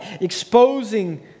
exposing